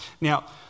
Now